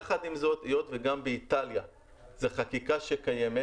יחד עם זאת, היות וגם באיטליה זו חקיקה שקיימת,